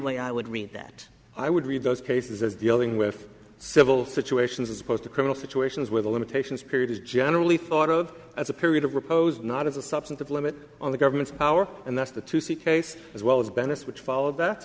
way i would read that i would read those cases as dealing with civil situations as opposed to criminal situations where the limitations period is generally thought of as a period of repose not as a substantive limit on the government's power and that's the to see case as well as bennett's which followed that